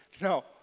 No